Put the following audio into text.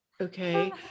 Okay